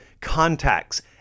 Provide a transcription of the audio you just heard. contacts